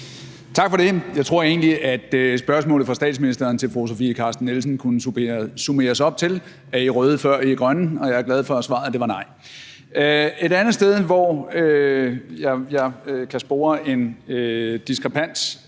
Tak for det. Jeg tror egentlig, at spørgsmålet fra statsministeren til fru Sofie Carsten Nielsen kunne summeres op til: Er I røde, før I er grønne? Og jeg er glad for, at svaret var nej. Et andet sted, hvor jeg kan spore en diskrepans